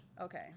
Okay